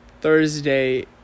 Thursday